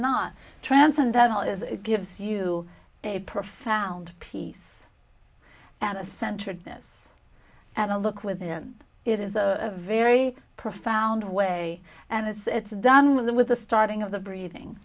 not transcendental is it gives you a profound peace and a centered this and a look within it is a very profound way and it's done with the with the starting of the breathing